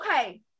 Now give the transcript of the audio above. okay